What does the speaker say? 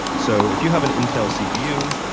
so if you have an intel cpu,